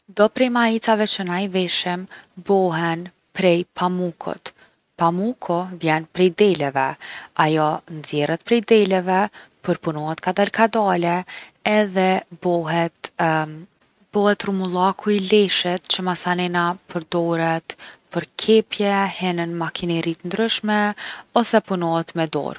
Do prej maicave që na i veshim bohen prej pamukut. Pamuku vjen prej deleve. Ajo nxjerret prej deleve, përpunohet kadal kadale edhe bohet- bohet rrumullaku i leshit që masanena përdoret për kepje, hin n’makineri t’ndryshme ose punohet me dorë.